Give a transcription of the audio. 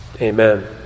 Amen